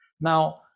Now